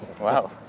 Wow